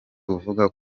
uvuga